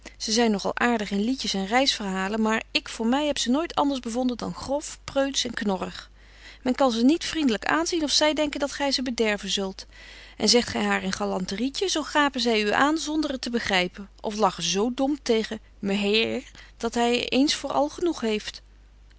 ze zijn nog al aardig in liedjes en reisverhalen maar ik voor mij heb ze nooit anders bevonden dan grof preutsch en knorrig men kan ze niet vriendelijk aanzien of zij denken dat gij ze bederven zult en zegt gij haar een galanterietje zoo gapen zij u aan zonder het te begrijpen of lachen zoo dom tegen me heir dat hij eens voor al genoeg heeft